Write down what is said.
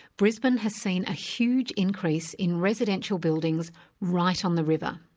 brisbane has seen a huge increase in residential buildings right on the river.